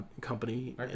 company